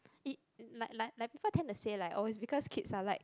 it like like like people tend to say like oh it's because kids are like